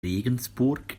regensburg